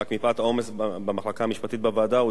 אלא שמפאת העומס במחלקה המשפטית בוועדה הוא